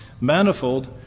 manifold